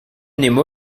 nemo